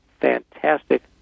fantastic